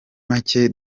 make